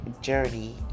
journey